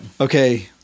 Okay